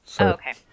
Okay